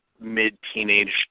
mid-teenage